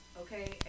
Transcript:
okay